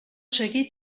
seguit